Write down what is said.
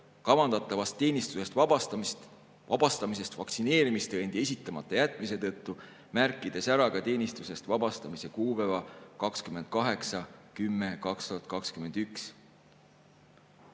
kavandatavast teenistusest vabastamisest vaktsineerimistõendi esitamata jätmise tõttu, märkides ära teenistusest vabastamise kuupäeva: 28.10. 2021.